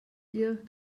ihr